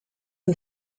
aux